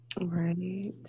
Right